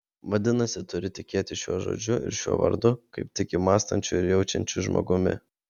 vadinasi turi tikėti šiuo žodžiu ir šiuo vardu kaip tiki mąstančiu ir jaučiančiu žmogumi